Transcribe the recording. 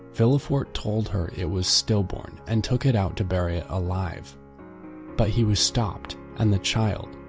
villefort told her it was stillborn and took it out to bury it alive but he was stopped and the child,